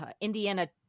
Indiana